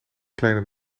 kleiner